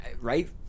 right